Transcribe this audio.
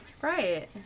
Right